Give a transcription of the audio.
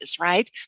right